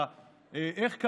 אתה יודע,